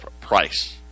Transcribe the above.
price